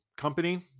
company